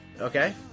okay